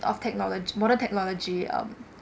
of technolo~ modern technology um